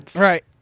Right